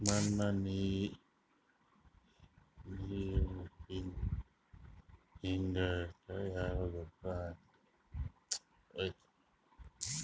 ಮಣ್ಣ ನೀರ ಹೀರಂಗ ಯಾ ಗೊಬ್ಬರ ಹಾಕ್ಲಿ?